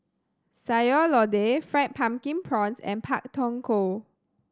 Sayur Lodeh Fried Pumpkin Prawns and Pak Thong Ko